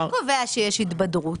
מי קובע שיש התבדרות?